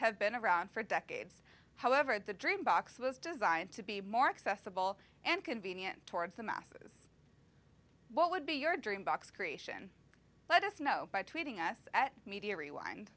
have been around for decades however at the dream box was designed to be more accessible and convenient towards the masses what would be your dream box creation let us know by tweeting us at media rewind